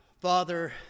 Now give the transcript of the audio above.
Father